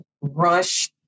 rush